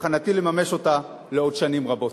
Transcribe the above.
ובכוונתי לממש אותה לעוד שנים רבות.